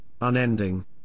unending